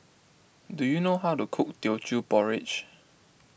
do you know how to cook Teochew Porridge